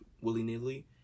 willy-nilly